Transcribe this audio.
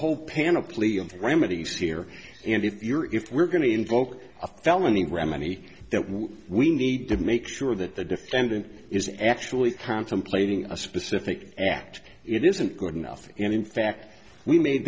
whole panoply of remedies here and if you're if we're going to invoke a felony remedy that what we need to make sure that the defendant is actually contemplating a specific act it isn't good enough and in fact we made